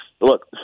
Look